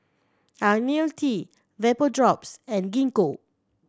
Ionil T Vapodrops and Gingko